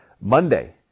Monday